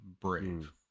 brave